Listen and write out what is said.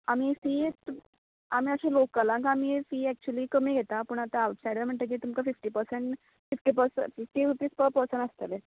आमी फीस आमी अशी लोकलांक आमी फी एक्चुली कमी घेता पूण आता आवटसायडर म्हण तुमका fifty percent fifty fifty rupees per person आसतले